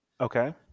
Okay